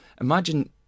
imagine